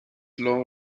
law